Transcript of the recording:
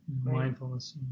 mindfulness